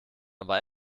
aber